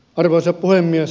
arvoisa puhemies